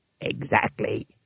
Exactly